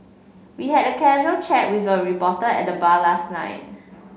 we had casual chat with a reporter at the bar last night